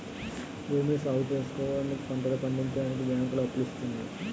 భూమిని బాగుచేసుకోవడానికి, పంటలు పండించడానికి బ్యాంకులు అప్పులు ఇస్తుంది